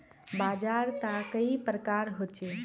बाजार त कई प्रकार होचे?